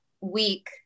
week